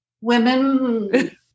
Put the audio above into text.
women